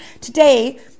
today